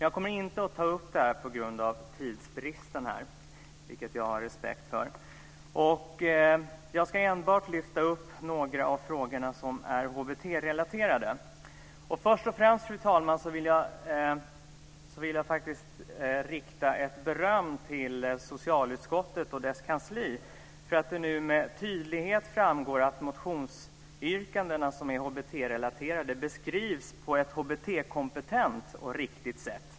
Jag kommer dock inte att ta upp detta på grund av tidsbristen, vilken jag har respekt för. Jag ska enbart lyfta upp några av de frågor som är HBT-relaterade. Här vill jag först, fru talman, rikta beröm till socialutskottet och dess kansli för att det nu med tydlighet framgår att de motionsyrkanden som är HBT relaterade beskrivs på ett HBT-kompetent och riktigt sätt.